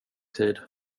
tid